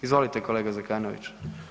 Izvolite, kolega Zekanović.